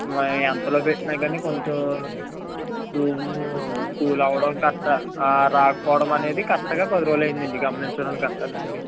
ఎంతలో పెట్టిన కానీ కొంచెం రూము కూల్ అవ్వడం కరెక్ట్గా రాకపోవడం అనేది కరెక్ట్గా పది రోజులు అయిందండి గమనించడం గట్టా అండి